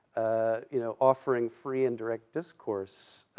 ah you know, offering free and direct discourse,